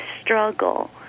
struggle